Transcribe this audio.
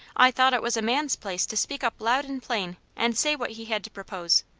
i thought it was a man's place to speak up loud and plain and say what he had to propose.